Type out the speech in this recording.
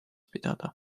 pidada